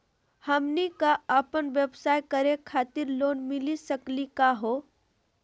हमनी क अपन व्यवसाय करै खातिर लोन मिली सकली का हो?